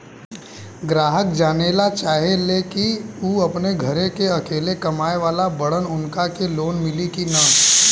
ग्राहक जानेला चाहे ले की ऊ अपने घरे के अकेले कमाये वाला बड़न उनका के लोन मिली कि न?